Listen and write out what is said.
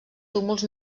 túmuls